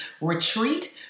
Retreat